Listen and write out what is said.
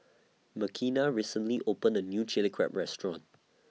Makenna recently opened A New Chilli Crab Restaurant